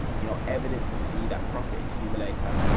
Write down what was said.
you know, evident to see that profit accumulator,